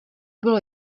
bylo